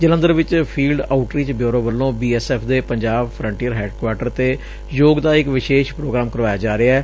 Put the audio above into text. ਜਲੰਧਰ ਚ field outreach bureau ਵੱਲੋਂ B S F ਦੇ ਪੰਜਾਬ ਫਰੰਟੀਅਰ ਹੈਡਕੁਆਰਟਰ ਤੇ ਯੋਗ ਦਾ ਇਕ ਵਿਸ਼ੇਸ਼ ਪ੍ਰੋਗਰਾਮ ਕਰਵਾਇਆ ਜਾ ਰਿਹੈ